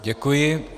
Děkuji.